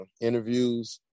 interviews